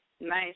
Nice